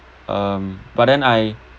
um but then I